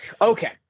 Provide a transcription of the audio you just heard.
Okay